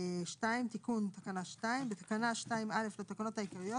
תיקון תקנה 2 בתקנה 2(א) לתקנות העיקריות,